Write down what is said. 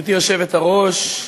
גברתי היושבת-ראש,